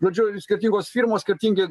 žodžiu skirtingos firmos skirtingi